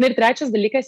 na ir trečias dalykas